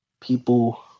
People